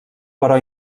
però